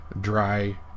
dry